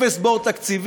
אפס בור תקציבי,